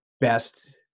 best